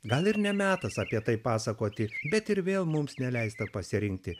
gal ir ne metas apie tai pasakoti bet ir vėl mums neleista pasirinkti